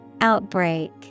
Outbreak